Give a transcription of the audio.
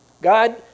God